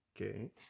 Okay